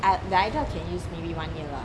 th~ the eye drop can use maybe one year lah